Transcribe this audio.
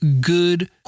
good